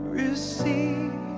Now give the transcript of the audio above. receive